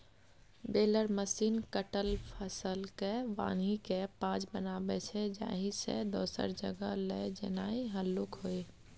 baler machine कटल फसलकेँ बान्हिकेँ पॉज बनाबै छै जाहिसँ दोसर जगह लए जेनाइ हल्लुक होइ